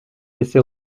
laissé